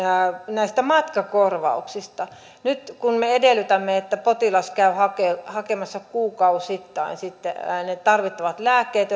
näistä matkakorvauksista nyt me edellytämme että potilas käy hakemassa kuukausittain sitten ne tarvittavat lääkkeet